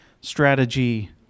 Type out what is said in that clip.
strategy